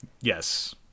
yes